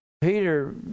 Peter